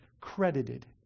credited